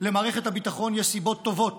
למערכת הביטחון יש סיבות טובות